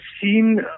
seen